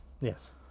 Yes